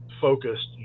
focused